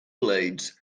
blades